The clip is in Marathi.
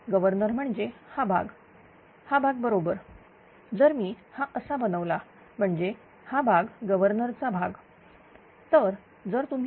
गव्हर्नर म्हणजे हा भाग हा भाग बरोबर जर मी हा असा बनवला म्हणजे हा भाग गव्हर्नर चा भाग